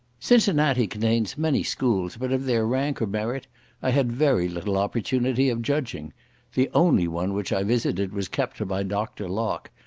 cincinnati contains many schools, but of their rank or merit i had very little opportunity of judging the only one which i visited was kept by dr. lock,